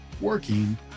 working